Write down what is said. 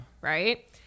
right